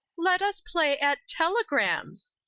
let us play at telegrams.